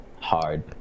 hard